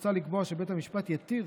הוצע לקבוע שבית המשפט יתיר